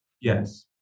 Yes